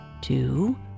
two